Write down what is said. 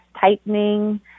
tightening